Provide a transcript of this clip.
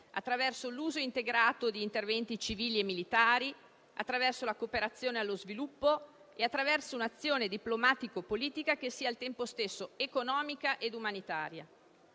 attraverso l'uso integrato di interventi civili e militari, attraverso la cooperazione allo sviluppo e attraverso un'azione diplomatico-politica che sia al tempo stesso economica e umanitaria,